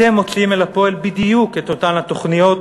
אתם מוציאים אל הפועל בדיוק את אותן התוכניות